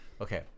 Okay